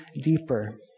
deeper